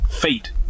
fate